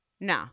no